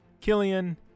Killian